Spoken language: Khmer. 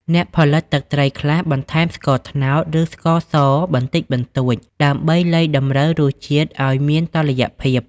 អ្នកផលិតទឹកត្រី ខ្លះបន្ថែម ស្ករត្នោត ឬស្ករសបន្តិចបន្តួចដើម្បីលៃតម្រូវរសជាតិឱ្យមានតុល្យភាព។